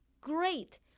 great